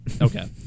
okay